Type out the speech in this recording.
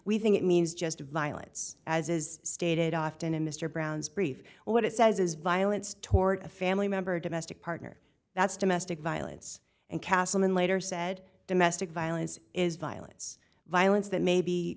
we think it means just violence as is stated often in mr brown's brief what it says is violence toward a family member domestic partner that's domestic violence and castleman later said domestic violence is violence violence that maybe